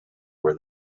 were